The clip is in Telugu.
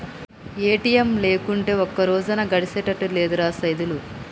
ఏ.టి.ఎమ్ లేకుంటే ఒక్కరోజన్నా గడిసెతట్టు లేదురా సైదులు